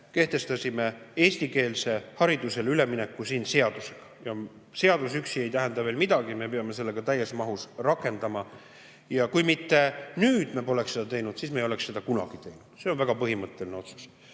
kehtestasime eestikeelsele haridusele ülemineku siin seadusega. Seadus üksi ei tähenda veel midagi, me peame selle ka täies mahus rakendama. Ja kui me nüüd poleks seda teinud, siis me ei oleks seda kunagi teinud. See on väga põhimõtteline otsus.